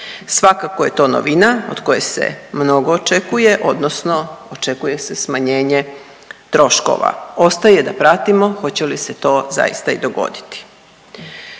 Svakako je to novina od koje se mnogo očekuje, odnosno očekuje se smanjenje troškova. Ostaje da pratimo hoće li se to zaista i dogoditi.